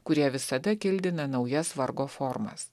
kurie visada kildina naujas vargo formas